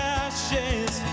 ashes